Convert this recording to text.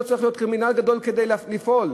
צריך להיות קרימינל גדול כדי לפעול.